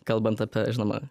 kalbant apie žinoma